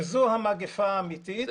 זו המגפה האמיתית.